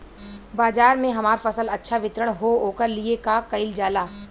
बाजार में हमार फसल अच्छा वितरण हो ओकर लिए का कइलजाला?